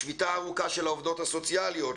לשביתה ארוכה של העובדות הסוציאליות,